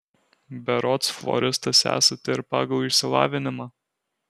berods floristas esate ir pagal išsilavinimą